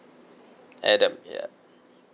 adam yeah